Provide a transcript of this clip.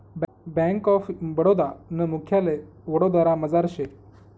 bank of Baroda नं मुख्यालय वडोदरामझार शे